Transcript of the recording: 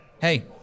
hey